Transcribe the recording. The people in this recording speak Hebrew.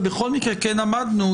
ובכל מקרה כן עמדנו,